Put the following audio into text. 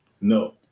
No